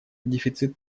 дефицит